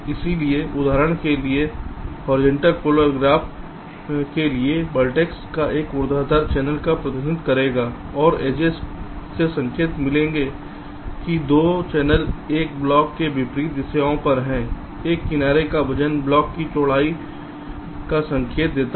इसलिए उदाहरण के लिए क्षैतिज ध्रुवीय ग्राफ के लिए वर्टेक्स एक ऊर्ध्वाधर चैनल का प्रतिनिधित्व करेगा और एड्जेस से संकेत मिलेगा कि दो चैनल एक ब्लॉक के दो विपरीत दिशाओं पर हैं एक किनारे का वजन ब्लॉक की चौड़ाई का संकेत देगा